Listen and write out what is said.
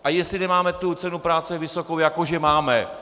A jestli nemáme tu cenu práce vysokou, jako že máme.